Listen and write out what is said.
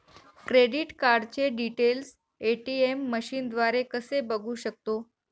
Credit कार्डचे details ATM मशीनद्वारे कसे बघू शकतो?